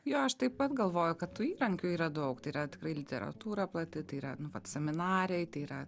jo aš taip pat galvoju kad tų įrankių yra daug tai yra tikrai literatūra plati tai yra nu vat seminarai tai yra